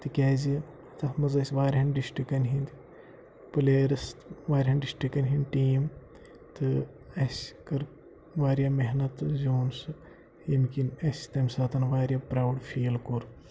تِکیٛازِ تَتھ منٛز ٲسۍ واریاہَن ڈِسٹِکَن ہٕنٛدۍ پٕلیٲرٕس واریاہَن ڈِسٹِرٛکَن ہٕنٛدۍ ٹیٖم تہٕ اَسہِ کٔر واریاہ محنت زیُن سُہ ییٚمہِ کِنۍ اَسہِ تَمہِ ساتَن واریاہ پرٛاوُڈ فیٖل کوٚر